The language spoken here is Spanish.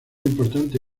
importante